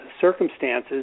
circumstances